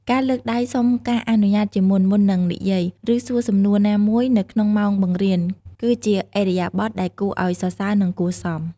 ការ លើកដៃសុំការអនុញ្ញាតជាមុន មុននឹងនិយាយ ឬសួរសំណួរណាមួយនៅក្នុងម៉ោងបង្រៀន គឺជាឥរិយាបថដែលគួរឱ្យសរសើរ និងគួរសម។